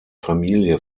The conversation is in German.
familie